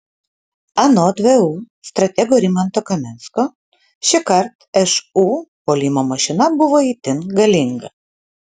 anot vu stratego rimanto kaminsko šįkart šu puolimo mašina buvo itin galinga